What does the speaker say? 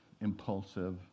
impulsive